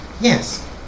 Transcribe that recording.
Yes